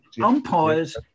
Umpires